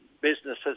Businesses